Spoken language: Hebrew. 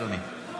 אדוני.